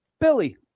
Billy